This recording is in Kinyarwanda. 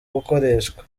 gukoreshwa